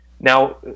Now